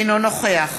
אינו נוכח